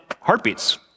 heartbeats